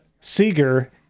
Seeger